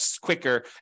quicker